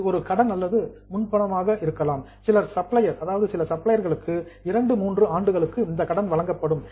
இது ஒரு கடன் அல்லது முன்பணமாக இருக்கலாம் சில சப்ளையர் சப்ளையர்களுக்கு இரண்டு மூன்று ஆண்டுகளுக்கு இந்த கடன் வழங்கப்படும்